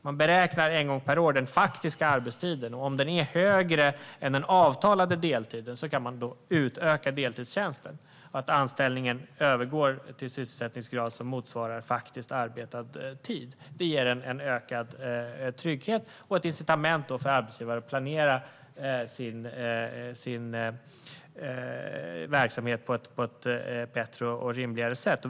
Man beräknar en gång per år den faktiska arbetstiden. Om den är högre än den avtalade deltiden kan man utöka deltidstjänsten så att anställningen övergår till en sysselsättningsgrad som motsvarar faktisk arbetad tid. Det ger en ökad trygghet och ett incitament för arbetsgivare att planera sin verksamhet på ett bättre och rimligare sätt.